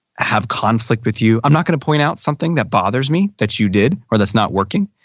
have conflict with you, i'm not gonna point out something that bothers me that you did or that's not working.